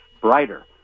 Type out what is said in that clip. brighter